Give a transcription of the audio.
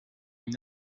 une